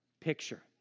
picture